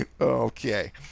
Okay